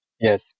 Yes